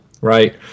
right